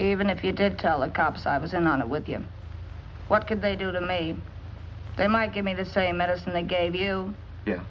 even if you did tell the cops i was in on it with you what did they do that may they might give me the same medicine they gave you